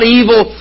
evil